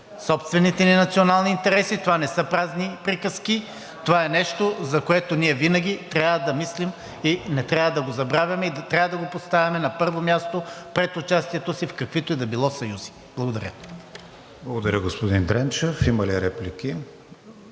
Собствените ни национални интереси, това не са празни приказки, това е нещо, за което ние винаги трябва да мислим и не трябва да го забравяме, и трябва да го поставяме на първо място пред участието си в каквито и да било съюзи. Благодаря. ПРЕДСЕДАТЕЛ КРИСТИАН ВИГЕНИН: Благодаря, господин Дренчев. Има ли реплики?